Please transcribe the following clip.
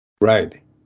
Right